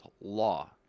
law